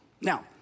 Now